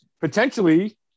potentially